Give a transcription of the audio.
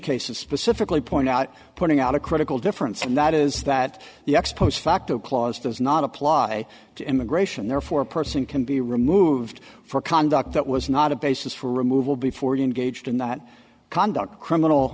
cases specifically point out putting out a critical difference and that is that the ex post facto clause does not apply to immigration therefore a person can be removed for conduct that was not a basis for removal before you gauged in that conduct criminal